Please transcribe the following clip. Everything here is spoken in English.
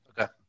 Okay